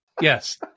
Yes